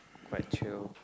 quite chill